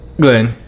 Glenn